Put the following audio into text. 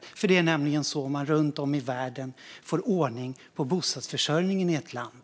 Det är nämligen så man runt om i världen får ordning på bostadsförsörjningen i ett land.